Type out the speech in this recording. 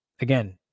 again